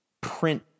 print